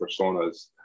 personas